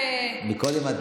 אדוני היושב-ראש,